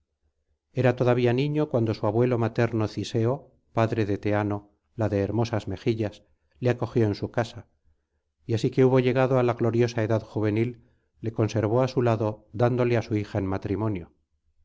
era todavía niño cuando su abuelo materno ciseo padre de teano la de hermosas mejillas le acogió en su casa y así que hubo llegado á la gloriosa edad juvenil le conservó á su lado dándole á su hija en matrimonio